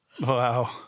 Wow